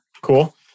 cool